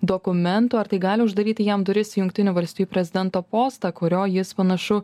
dokumentų ar tai gali uždaryti jam duris į jungtinių valstijų prezidento postą kurio jis panašu